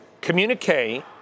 communique